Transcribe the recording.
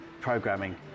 programming